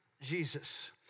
Jesus